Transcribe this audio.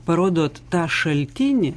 parodot tą šaltinį